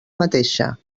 mateixa